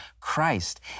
Christ